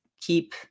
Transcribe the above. keep